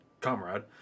comrade